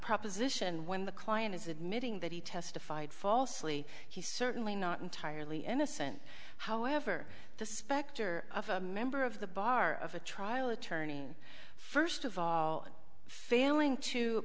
proposition when the client is admitting that he testified falsely he's certainly not entirely innocent however the specter of a member of the bar of a trial attorney first of all failing to